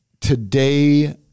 today